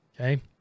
Okay